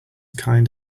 kind